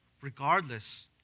regardless